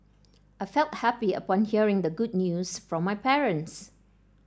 I felt happy upon hearing the good news from my parents